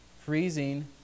freezing